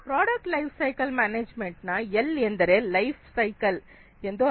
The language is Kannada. ಪ್ರಾಡಕ್ಟ್ ಲೈಫ್ ಸೈಕಲ್ ಮ್ಯಾನೇಜ್ಮೆಂಟ್ ನ ಎಲ್ ಎಂದರೆ ಲೈಫ್ ಸೈಕಲ್ ಎಂದು ಅರ್ಥ